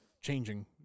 changing